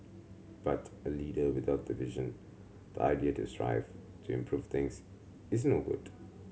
but a leader without vision the idea to strive to improve things is no good